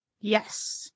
Yes